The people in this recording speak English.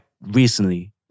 recently